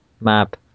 map